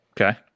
Okay